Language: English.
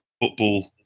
Football